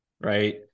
Right